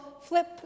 flip